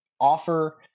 offer